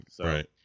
Right